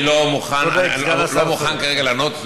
אני לא מוכן כרגע לענות,